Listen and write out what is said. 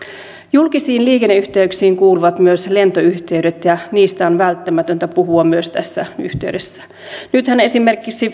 julkisiin liikenneyhteyksiin kuuluvat myös lentoyhteydet ja niistä on välttämätöntä puhua myös tässä yhteydessä nythän esimerkiksi